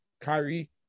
Kyrie